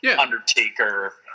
Undertaker